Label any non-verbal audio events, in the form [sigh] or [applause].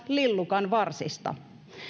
[unintelligible] lillukanvarsista